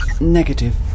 Negative